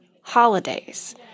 holidays